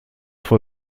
vor